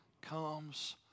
comes